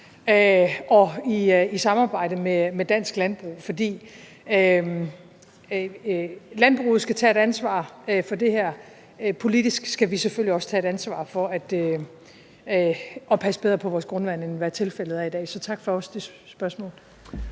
og i samarbejde med Dansk Landbrug. For landbruget skal tage et ansvar for det her; politisk skal vi selvfølgelig også tage et ansvar for at passe bedre på vores grundvand, end hvad tilfældet er i dag. Så tak for også det spørgsmål.